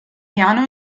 piano